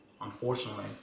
unfortunately